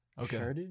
Okay